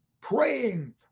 Praying